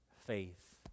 faith